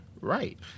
right